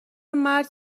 مرد